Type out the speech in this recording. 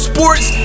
Sports